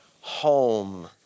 home